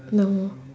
normal